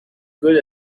good